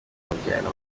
mujyana